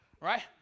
right